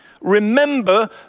remember